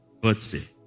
birthday